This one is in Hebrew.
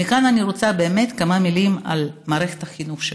ומכאן אני רוצה באמת לומר כמה מילים על מערכת החינוך שלנו.